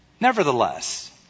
Nevertheless